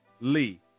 Lee